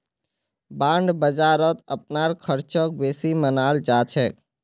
bond बाजारत अपनार ख़र्चक बेसी मनाल जा छेक